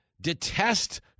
detest